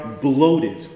bloated